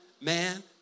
man